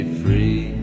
free